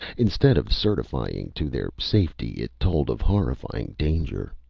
instead of certifying to their safety, it told of horrifying danger.